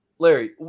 Larry